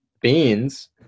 beans